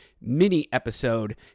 mini-episode